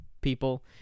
people